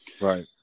Right